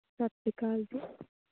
ਸਤਿ ਸ਼੍ਰੀ ਅਕਾਲ ਜੀ